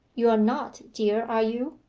you are not, dear, are you?